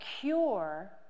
cure